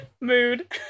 Mood